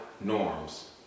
norms